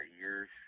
ears